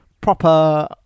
proper